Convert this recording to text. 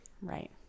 right